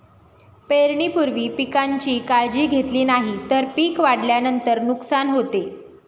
पेरणीपूर्वी पिकांची काळजी घेतली नाही तर पिक वाढल्यानंतर नुकसान होते